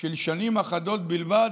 של שנים אחדות בלבד,